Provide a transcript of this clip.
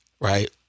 Right